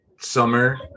summer